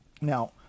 Now